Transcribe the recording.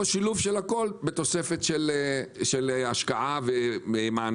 שילוב של הכול בתוספת של השקעה ומענקים,